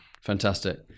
Fantastic